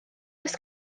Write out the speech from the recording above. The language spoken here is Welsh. oes